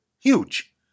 huge